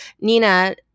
Nina